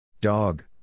Dog